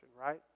right